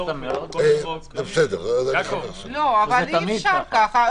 אבל אי אפשר ככה.